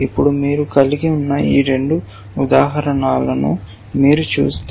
ఇప్పుడు మీరు కలిగి ఉన్న ఈ రెండు ఉదాహరణలను మీరు చూస్తే